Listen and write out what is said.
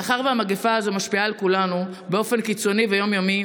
מאחר שהמגפה הזו משפיעה על כולנו באופן קיצוני ויום-יומי,